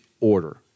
order